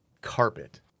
carpet